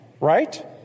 right